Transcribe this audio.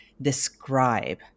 Describe